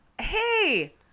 Hey